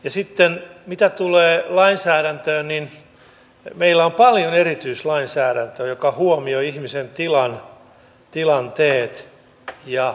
sitten mitä tulee lainsäädäntöön niin meillä on paljon erityislainsäädäntöä joka huomioi ihmisen tilan tilanteet ja aseman erityistilanteessa